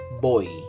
Boy